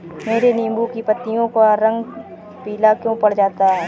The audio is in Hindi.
मेरे नींबू की पत्तियों का रंग पीला क्यो पड़ रहा है?